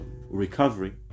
recovery